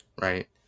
right